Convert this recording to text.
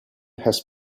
has